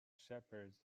shepherds